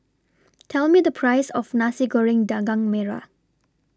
Tell Me The Price of Nasi Goreng Daging Merah